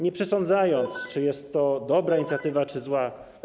Nie przesądzam, czy jest to dobra inicjatywa, czy zła.